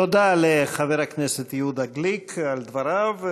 תודה לחבר הכנסת יהודה גליק על דבריו.